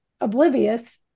oblivious